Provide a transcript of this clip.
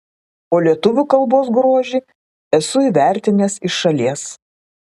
o lietuvių kalbos grožį esu įvertinęs iš šalies